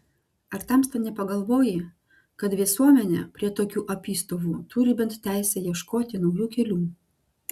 ar tamsta nepagalvoji kad visuomenė prie tokių apystovų turi bent teisę ieškoti naujų kelių